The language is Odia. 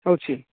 ହେଉଛି